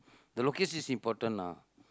the location is important ah